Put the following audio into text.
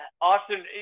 Austin